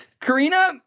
karina